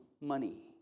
money